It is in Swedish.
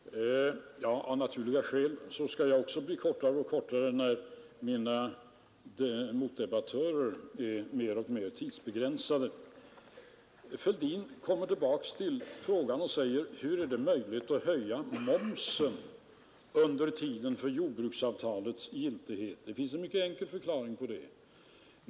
Herr talman! Av naturliga skäl skall också jag bli mer och mer kortfattad, när mina meddebattörer blir mer och mer tidsbegränsade. Herr Fälldin kom tillbaka till frågan hur det är möjligt att höja momsen under tiden för jordbruksavtalets giltighet. Det finns en mycket enkel förklaring på det.